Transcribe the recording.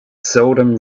seldom